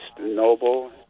noble